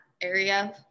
area